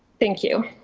thank you.